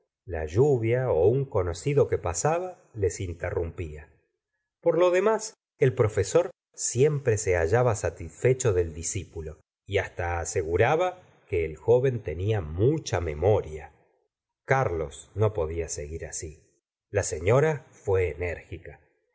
la lluvia un conocido que pasaba les interrumpía por lo demás el profesor siempre se hallaba satisfecho del discípulo z hasta aseguraba que el joven tenía mucha memoria carlos no podía seguir así la señora fué enérgica